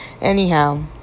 Anyhow